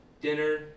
dinner